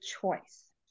choice